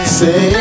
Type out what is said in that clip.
say